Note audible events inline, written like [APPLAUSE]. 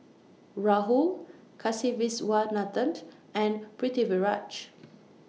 Rahul Kasiviswanathan [UNINTELLIGIBLE] and Pritiviraj